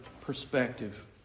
perspective